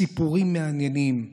סיפורים מעניינים.